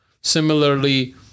Similarly